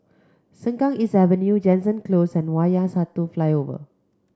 Sengkang East Avenue Jansen Close and Wayang Satu Flyover